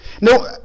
No